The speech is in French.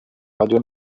radio